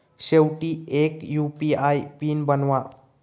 शेवटी एक UPI PIN बनवा